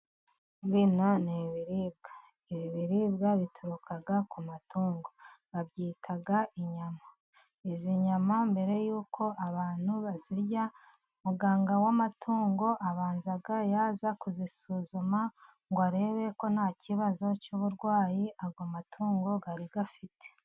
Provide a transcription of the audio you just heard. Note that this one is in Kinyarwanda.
Ibi biribwa bituruka ku matungo babyita inyama. Izi nyama mbere y'uko abantu bazirya, muganga w'amatungo abanza yaza kuzisuzuma, ngo arebe ko nta kibazo cy'uburwayi ayo matungo yari afite.